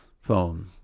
phone